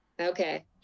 Okay